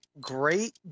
great